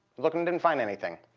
looked and didn't find anything.